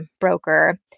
broker